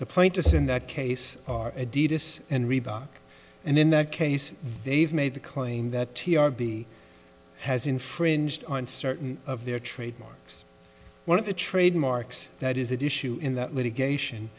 the plaintiffs in that case are adidas and reebok and in that case they've made the claim that t r p has infringed on certain of their trademarks one of the trademarks that is that issue in that litigation